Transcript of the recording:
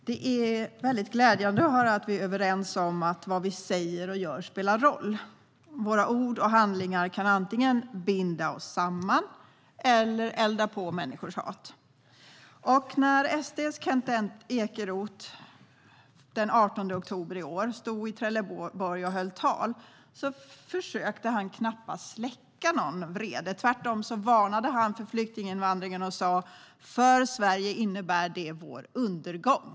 Herr talman! Det är glädjande att höra att vi är överens om att vad vi säger och gör spelar roll. Våra ord och handlingar kan antingen binda oss samman eller elda på människors hat. När SD:s Kent Ekeroth den 18 oktober i år stod och höll tal i Trelleborg försökte han knappast släcka någon vrede. Tvärtom varnade han för flyktinginvandringen och sa: För Sverige innebär det vår undergång.